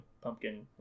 pumpkin